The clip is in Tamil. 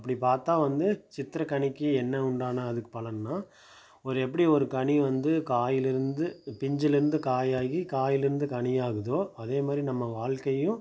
அப்படி பார்த்தா வந்து சித்திரைக்கனிக்கி என்ன உண்டான அதுக்கு பலன்னால் ஒரு எப்படி ஒரு கனி வந்து காயிலேருந்து பிஞ்சிலிருந்து காயாகி காயிலிருந்து கனியாகுதோ அதே மாதிரி நம்ம வாழ்க்கையும்